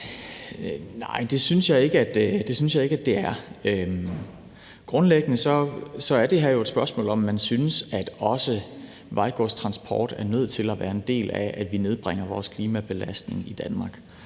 Nej, det synes jeg ikke at det er. Grundlæggende er det her jo et spørgsmål om, hvorvidt man synes, at også vejgodstransporten er nødt til at være en del af nedbringelsen af klimabelastningen i Danmark.